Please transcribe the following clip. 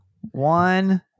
one